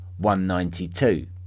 192